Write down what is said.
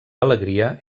alegria